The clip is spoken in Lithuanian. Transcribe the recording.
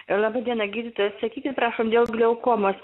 laba diena gydytoja sakykit prašom dėl glaukomos